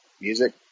music